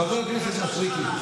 חבר הכנסת מישרקי.